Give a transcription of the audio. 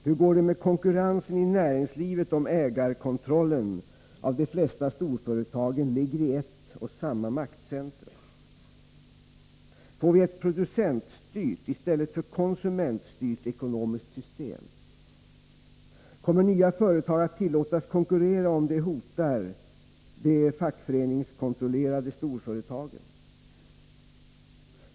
Hur går det med konkurrensen i näringslivet om ägarkontrollen av de flesta storföretagen ligger i ett och samma maktcentrum? Får vi ett producentstyrt i stället för konsumentstyrt ekonomiskt system? Kommer nya företag att tillåtas konkurrera om det hotar de fackföreningskontrollerade storföretagen?